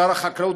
שר החקלאות,